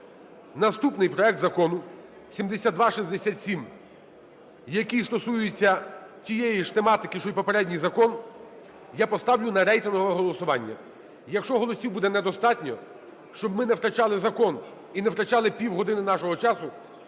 Наступний проект Закону 7267, який стосується тієї ж тематики, що і попередній закон, я поставлю на рейтингове голосування. Якщо голосів буде недостатньо, щоб ми не втрачали закон і не втрачали півгодини нашого часу,